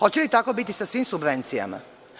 Hoće li tako biti sa svim subvencijama?